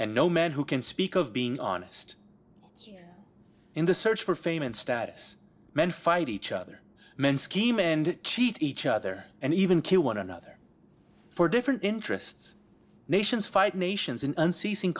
and no man who can speak of being honest in the search for fame and status men fight each other men scheme and cheat each other and even kill one another for different interests nations fight nations